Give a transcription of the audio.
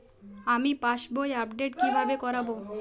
আমি passbook update কিভাবে করাব?